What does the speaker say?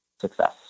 success